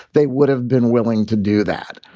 they would have been willing to do that.